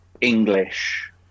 English